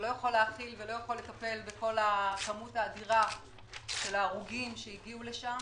שלא יכול להכיל ולא יכול לטפל בכל הכמות האדירה של ההרוגים שהגיעו לשם.